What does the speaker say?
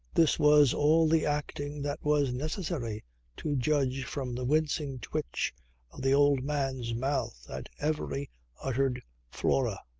this was all the acting that was necessary to judge from the wincing twitch of the old man's mouth at every uttered flora.